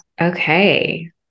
okay